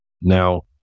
Now